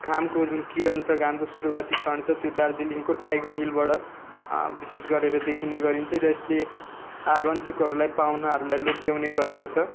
घामको जुन किरण छ घामको जुन सुरुवाती क्षण छ त्यो दार्जिलिङको टाइगर हिलबाट विशेष गरेर देखिने गरिन्छ यसले आगन्तुकहरूलाई पाहुनाहरूलाई लोभ्याउने गरेको छ